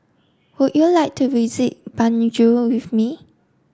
would you like to visit Banjul with me